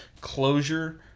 closure